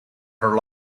her